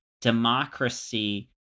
democracy